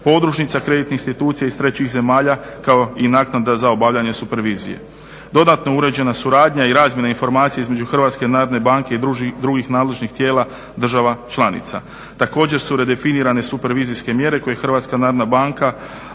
podružnica kreditne institucije iz trećih zemalja kao i naknada za obavljanje super vizije. Dodatno uređena su radnja i razmjena informacija između Hrvatske narodne banke i drugih nadležnih tijela država članica. Također su redefinirane super vizijske mjere koje HNB ovlaštena